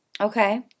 Okay